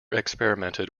experimented